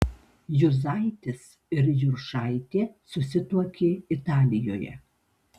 juzaitis ir juršaitė susituokė italijoje